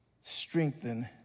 strengthen